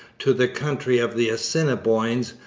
to the country of the assiniboines,